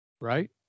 Right